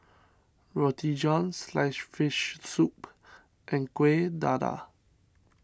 Roti John Sliced Fish Soup and Kueh Dadar